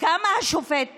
וכמה השופט